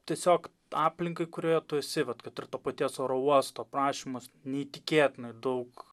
tiesiog aplinkai kurioje tu esi vat kad ir to paties oro uosto aprašymas neįtikėtinai daug